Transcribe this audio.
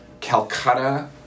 Calcutta